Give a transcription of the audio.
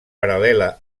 paral·lela